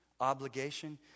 obligation